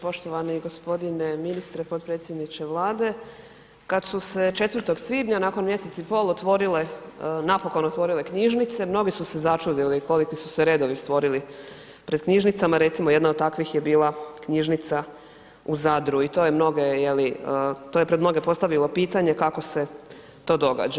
Poštovani gospodine ministre potpredsjedniče Vlade, kad su se 4. svibnja nakon mjesec i pol otvorile, napokon otvorile knjižnice mnogi su se začudili koliki su se redovi stvorili pred knjižnicama, recimo jedna od takvih je bila knjižica u Zadru i to je mnoge, to je pred mnoge postavilo pitanje kako se to događa?